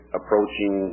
approaching